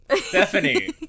Stephanie